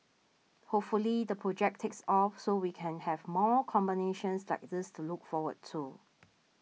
hopefully the project takes off so we can have more combinations like this to look forward to